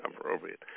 appropriate